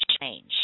change